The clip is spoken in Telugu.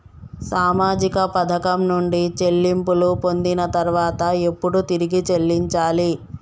సామాజిక పథకం నుండి చెల్లింపులు పొందిన తర్వాత ఎప్పుడు తిరిగి చెల్లించాలి?